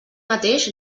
mateix